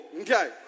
okay